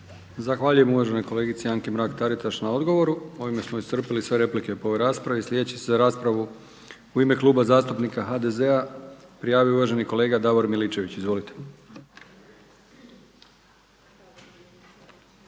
Zahvaljujem uvaženoj kolegici Anki Mrak-Taritaš na odgovoru. Ovime smo iscrpili sve replike po raspravi. Sljedeći se za raspravu u ime Kluba zastupnika HDZ-a prijavio uvaženi kolega Davor Miličević. Izvolite.